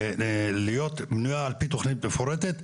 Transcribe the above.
היא מיועדת להיות מנויה על פי תכנית מפורטת.